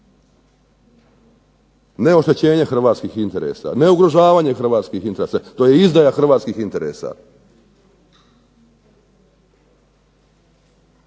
Ne oštećenje Hrvatskih interesa, ne ugrožavanje Hrvatskih interesa, to je izdaja Hrvatskih interesa.